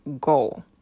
goal